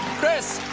chris,